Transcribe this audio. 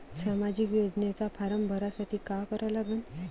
सामाजिक योजनेचा फारम भरासाठी का करा लागन?